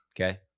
okay